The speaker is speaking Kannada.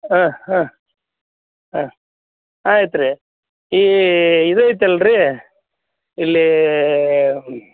ಹಾಂ ಹಾಂ ಹಾಂ ಆಯ್ತು ರೀ ಈ ಇದೈತಲ್ಲ ರಿ ಇಲ್ಲಿ